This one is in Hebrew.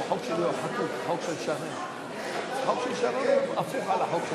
איך אתה יכול להתנגד לחוק כזה?